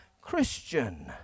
Christian